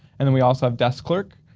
and then we also have desk clerk,